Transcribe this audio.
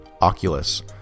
oculus